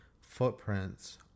footprints